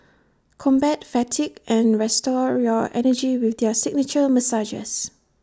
combat fatigue and restore your energy with their signature massages